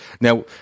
Now